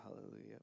Hallelujah